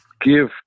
give